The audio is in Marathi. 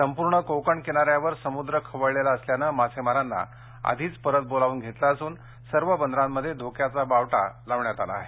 संपूर्ण कोकण किनाऱ्यावर समुद्र खवळलेला असल्यानं मासेमारांना आधीच परत बोलावून घेतलं असून सर्व बंदरांमध्ये धोक्याचा बावटा लावण्यात आला आहे